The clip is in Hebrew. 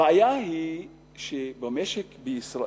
הבעיה היא שבמשק בישראל,